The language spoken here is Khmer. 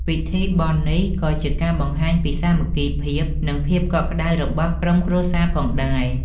ពិធីបុណ្យនេះក៏ជាការបង្ហាញពីសាមគ្គីភាព និងភាពកក់ក្តៅរបស់ក្រុមគ្រួសារផងដែរ។